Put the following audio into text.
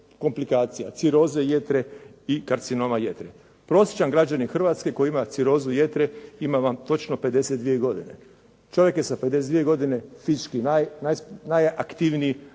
ciroze jetre i karcinoma jetre. Prosječan građanin Hrvatske koji ima cirozu jetre ima vam točno 52 godine. Čovjek je sa 52 godine fizički najaktivniji,